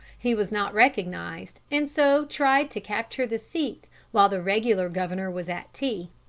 he was not recognized, and so tried to capture the seat while the regular governor was at tea.